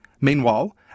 Meanwhile